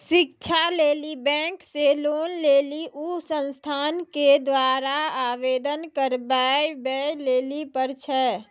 शिक्षा लेली बैंक से लोन लेली उ संस्थान के द्वारा आवेदन करबाबै लेली पर छै?